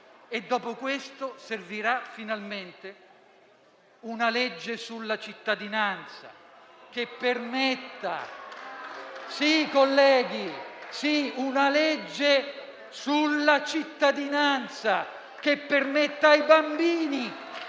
dopo questo, servirà finalmente una legge sulla cittadinanza che permetta...